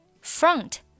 Front